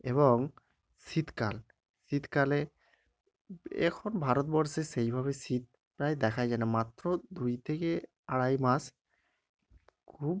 এবং শীতকাল শীতকালে এখন ভারতবর্ষে সেইভাবে শীত প্রায় দেখা যায় না মাত্র দুই থেকে আড়াই মাস খুব